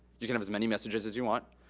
you can have as many messages as you want.